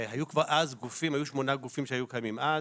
והיו שמונה גופים שהיו קיימים אז,